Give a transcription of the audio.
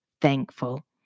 thankful